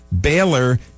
Baylor